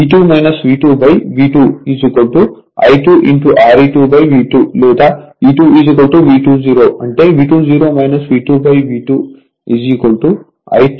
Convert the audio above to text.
E2 V2 V2 I2 R e2 V 2 లేదా E 2 V 2 0 అంటే V 2 0 V 2 V 2 I 2 R e2 V 2